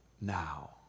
now